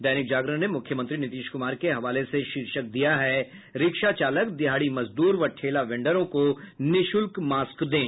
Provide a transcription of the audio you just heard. दैनिक जागरण ने मुख्यमंत्री नीतीश कुमार के हवाले से शीर्षक दिया है रिक्शा चालक दिहाड़ी मजदूर व ठेला वेंडरों को निःशुल्क मास्क दें